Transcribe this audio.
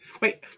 Wait